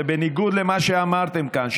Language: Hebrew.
זה בניגוד למה שאמרתם כאן,